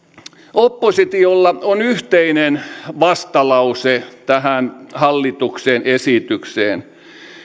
oppositiolla on yhteinen vastalause tähän hallituksen esitykseen